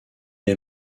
est